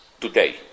today